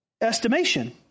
estimation